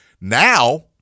Now